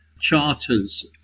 charters